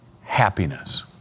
happiness